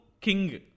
king